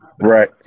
right